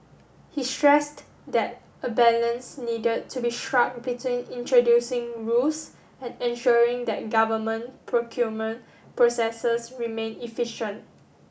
he stressed that a balance needed to be struck between introducing rules and ensuring that government procurement processes remain efficient